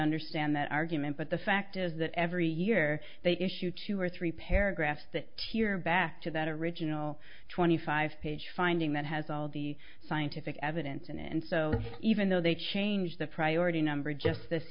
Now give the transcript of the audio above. understand that argument but the fact is that every year they issue two or three paragraphs that hear back to that original twenty five page finding that has all the scientific evidence in it and so even though they changed the priority number just this